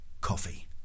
Coffee